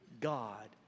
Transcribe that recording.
God